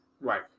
right